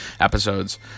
episodes